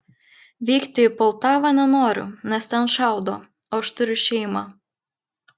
vykti į poltavą nenoriu nes ten šaudo o aš turiu šeimą